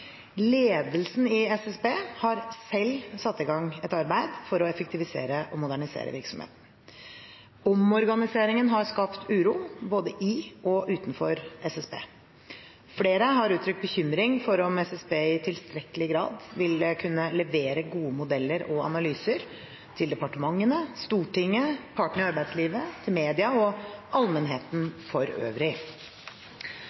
Ledelsen i SSB har selv satt i gang et arbeid for å effektivisere og modernisere virksomheten. Omorganiseringen har skapt uro, både i og utenfor SSB. Flere har uttrykt bekymring for om SSB i tilstrekkelig grad vil kunne levere gode modeller og analyser til departementene, til Stortinget, til partene i arbeidslivet og til media og allmennheten